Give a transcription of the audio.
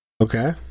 Okay